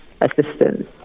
assistance